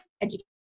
education